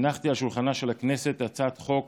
הנחתי על שולחנה של הכנסת הצעת חוק